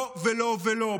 לא ולא ולא,